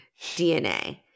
DNA